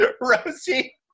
Rosie